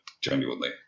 genuinely